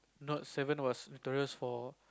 Note seven was notorious for